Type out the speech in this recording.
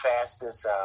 fastest